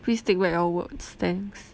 please take back your words thanks